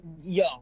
yo